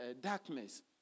darkness